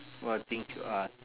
what things you ask